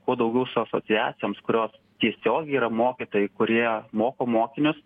kuo daugiau su asociacijoms kurios tiesiogiai yra mokytojai kurie moko mokinius